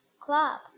club